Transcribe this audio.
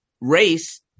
race